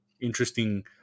interesting